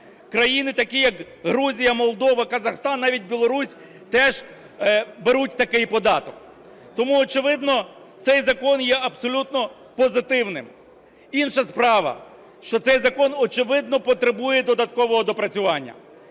країни, такі як Грузія, Молдова, Казахстан, навіть Білорусь, теж беруть такий податок. Тому, очевидно, цей закон є абсолютно позитивним. Інша справа, що цей закон, очевидно, потребує додаткового доопрацювання.